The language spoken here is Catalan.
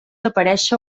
aparèixer